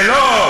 זה לא,